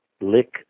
lick